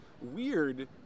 weird